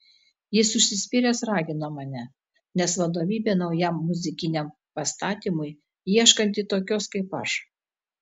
jis užsispyręs ragino mane nes vadovybė naujam muzikiniam pastatymui ieškanti tokios kaip aš